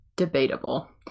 debatable